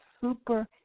super